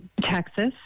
Texas